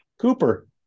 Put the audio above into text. Cooper